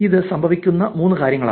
ഇത് സംഭവിക്കുന്ന മൂന്ന് കാര്യങ്ങളാണ്